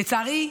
לצערי,